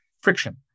friction